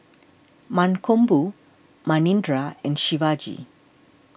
Mankombu Manindra and Shivaji